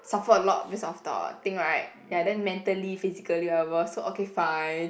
suffer a lot based of the thing right ya then mentally physically or whatever so okay fine